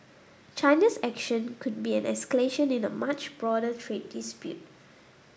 China's action could be an escalation in a much broader trade dispute